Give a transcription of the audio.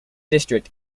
district